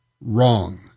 wrong